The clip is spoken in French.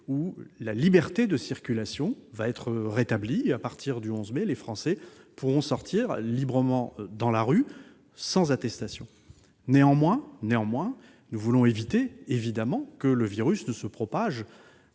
de la liberté de circulation. À partir du 11 mai, les Français pourront sortir librement dans la rue, sans attestation. Néanmoins, nous voulons évidemment éviter que le virus ne se propage